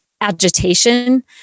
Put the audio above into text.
agitation